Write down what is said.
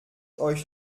euch